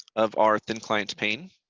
of our thin client page